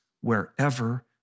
wherever